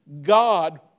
God